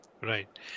Right